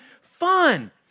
fun